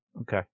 Okay